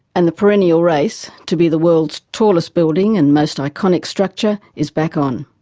and the perennial race to be the world's tallest building and most iconic structure is back on.